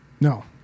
No